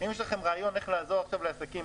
אם יש לכם רעיון איך לעזור עכשיו לעסקים,